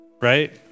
right